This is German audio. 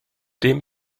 dem